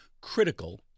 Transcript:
critical